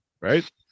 right